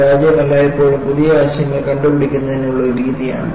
പരാജയം എല്ലായ്പ്പോഴും പുതിയ ആശയങ്ങൾ കണ്ടുപിടിക്കുന്നതിനുള്ള ഒരു രീതിയാണ്